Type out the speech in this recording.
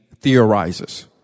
theorizes